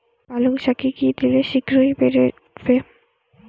পালং শাকে কি দিলে শিঘ্র বেড়ে উঠবে?